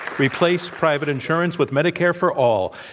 replace private insurance with medicare for all.